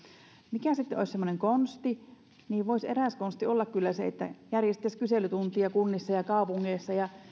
mikä sitten olisi semmoinen konsti eräs konsti voisi olla kyllä se että järjestettäisiin kyselytunteja kunnissa ja ja kaupungeissa ja